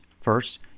First